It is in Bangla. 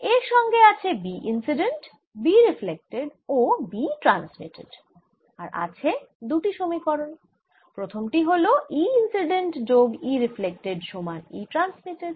এর সঙ্গে আছে B ইন্সিডেন্ট B রিফ্লেক্টেড ও B ট্রান্সমিটেড আর আছে দুটি সমীকরণ প্রথম টি হল E ইন্সিডেন্ট যোগ E রিফ্লেক্টেড সমান E ট্রান্সমিটেড